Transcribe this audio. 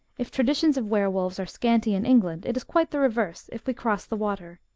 if traditions of were-wolves are scanty in england, it is quite the reverse if we cross the water.